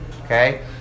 Okay